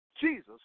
Jesus